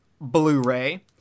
Blu-ray